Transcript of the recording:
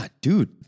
dude